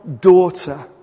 daughter